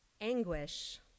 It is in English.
Anguish